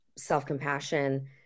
Self-compassion